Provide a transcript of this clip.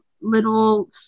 little